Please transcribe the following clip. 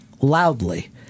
loudly